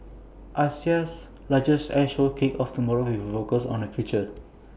Asia's largest air show kicks off tomorrow with focus on the future